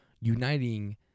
uniting